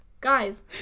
guys